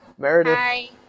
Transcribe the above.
Meredith